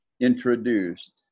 introduced